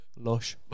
Lush